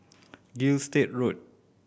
Gilstead Road